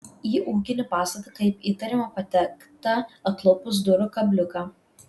į ūkinį pastatą kaip įtariama patekta atlupus durų kabliuką